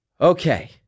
Okay